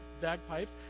bagpipes